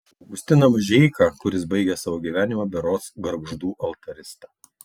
augustiną mažeiką kuris baigė savo gyvenimą berods gargždų altarista